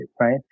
right